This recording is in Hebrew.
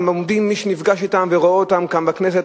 מי שנפגש אתם ורואה אותם כאן בכנסת,